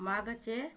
मागचे